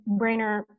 brainer